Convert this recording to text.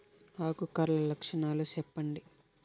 ఆకు కర్ల లక్షణాలు సెప్పండి